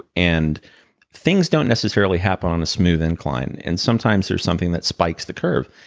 and things don't necessarily happen on a smooth incline. and sometimes there's something that spike the curve.